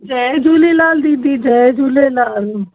जय झूलेलाल दीदी जय झूलेलाल